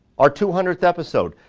our two hundredth episode.